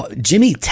Jimmy